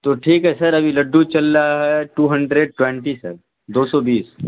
تو ٹھیک ہے سر ابھی لڈو چل رہا ہے ٹو ہنڈریڈ ٹونٹی سر دو سو بیس